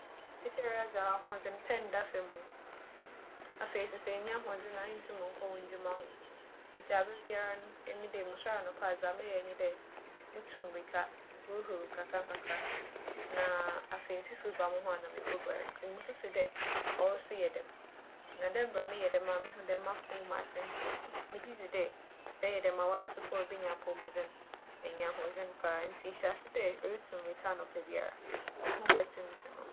Seseiara dze, aho - hoͻdzen pɛ nnda famu oo. Afei so sɛ innyi ahoͻdzen a inntum nnkͻ wo ndwuma ho. Ntsi aberbiara no, emi dei mosoɛr anapa a dza meyɛ nye dɛ, mutu mbirika, muhuhur nkakrankakra na afei mfifir ba mo ho a na mekoguar ntsi mususu dɛ ͻwo so yɛ dɛm. Na dɛ mbrɛ meyɛ dɛm a muhu dɛ m'apͻw mu atsentsen no, megye dzi dɛ sɛ eyɛ dɛm a woara so mpo benya apͻwmuden na enya ahoͻdzen paa. Ntsi hyɛ ase dɛ irutu mbirika anapa biara na woho bɛtsentsen wo.